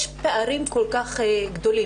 יש פערים כל כך גדולים.